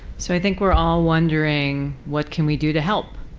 so i think we're all wondering what can we do to help?